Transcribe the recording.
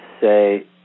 say